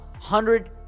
hundred